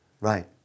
Right